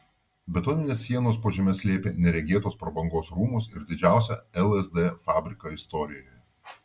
betoninės sienos po žeme slėpė neregėtos prabangos rūmus ir didžiausią lsd fabriką istorijoje